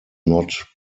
not